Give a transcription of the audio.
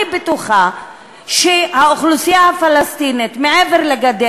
אני בטוחה שהאוכלוסייה הפלסטינית מעבר לגדר